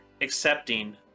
accepting